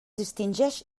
distingeix